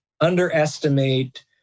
underestimate